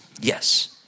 Yes